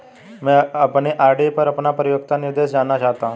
मैं अपनी आर.डी पर अपना परिपक्वता निर्देश जानना चाहती हूँ